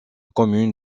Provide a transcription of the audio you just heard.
commune